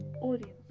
audience